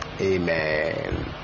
amen